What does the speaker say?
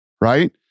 right